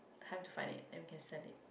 time to find it and we can sell it